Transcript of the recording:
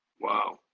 Wow